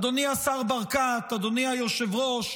אדוני השר ברקת, אדוני היושב-ראש,